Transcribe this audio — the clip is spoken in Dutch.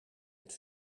het